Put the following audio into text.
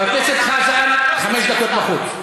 חבר הכנסת חזן, חמש דקות בחוץ.